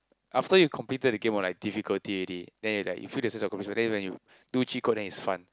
after you completed the game or like difficulty already then you like you feel the sense of accomplishment then when you do cheat code then it's fun